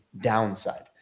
downside